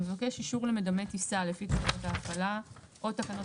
המבקש אישור למדמה טיסה לפי תקנות ההפעלה או תקנות